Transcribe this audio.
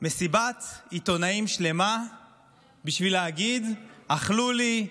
מסיבת עיתונאים שלמה בשביל להגיד: אכלו לי,